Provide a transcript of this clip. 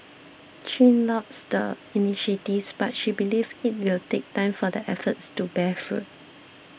Chin lauds the initiatives but she believes it will take time for the efforts to bear fruit